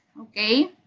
Okay